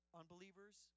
unbelievers